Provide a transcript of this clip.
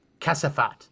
Kasafat